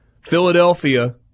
Philadelphia